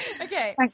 Okay